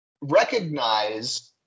recognize –